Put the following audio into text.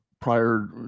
prior